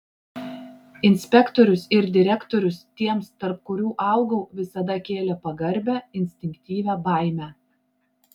inspektorius ir direktorius tiems tarp kurių augau visada kėlė pagarbią instinktyvią baimę